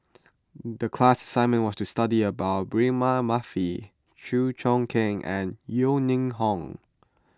the class assignment was to study about Braema Mathi Chew Choo Keng and Yeo Ning Hong